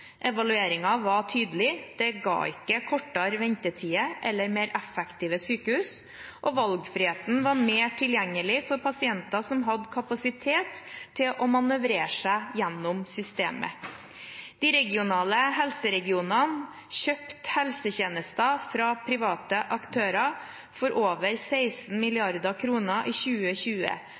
var tydelig: Den ga ikke kortere ventetider eller mer effektive sykehus, og valgfriheten var mer tilgjengelig for pasienter som hadde kapasitet til å manøvrere seg gjennom systemet. De regionale helseregionene kjøpte helsetjenester fra private aktører for over 16 mrd. kr i 2020,